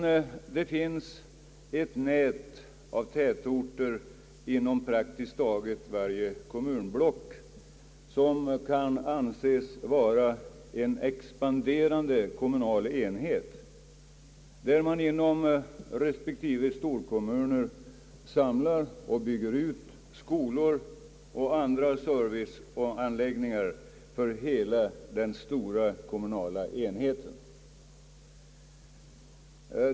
Det finns också tätorter inom praktiskt taget varje kommunblock, som kan anses vara en expanderande kommunal enhet, där man inom respektive storkommuner samordnar samhällsservicen, bygger ut skolor och andra serviceanläggningar för hela den stora kommunala enheten.